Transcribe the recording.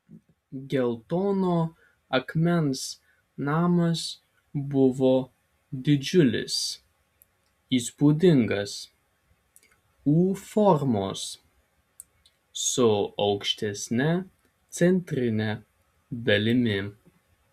geltono akmens namas buvo didžiulis įspūdingas u formos su aukštesne centrine dalimi